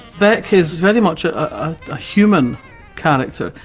beck is very much a ah human character.